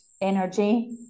energy